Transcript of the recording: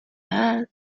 had